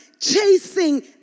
chasing